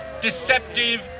deceptive